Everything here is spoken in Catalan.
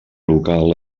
local